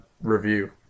review